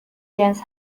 جنس